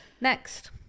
Next